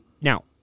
now